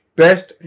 best